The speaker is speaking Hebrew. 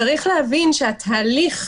צריך להבין שהתהליך